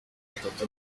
batatu